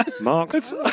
Mark's